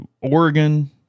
Oregon